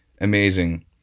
Amazing